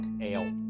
ale